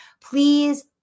Please